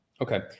okay